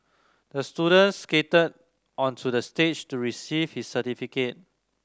the student skated onto the stage to receive his certificate